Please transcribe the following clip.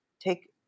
take